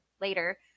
later